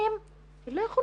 הנשים, גם הן לא יכולות.